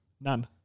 None